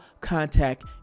contact